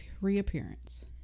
reappearance